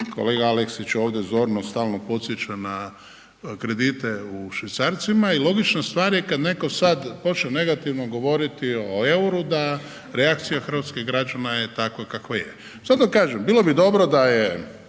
kolega Aleksić ovdje zorno stalno podsjeća na kredite u švicarcima i logična stvar je kad netko sad počne negativno govoriti o EUR-u da reakcija hrvatskih građana je takva kakva je. Zato kažem, bilo bi dobro da je